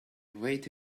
wait